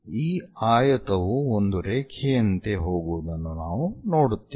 ಈ ಆಯತವು ಒಂದು ರೇಖೆಯಂತೆ ಹೋಗುವುದನ್ನು ನಾವು ನೋಡುತ್ತೇವೆ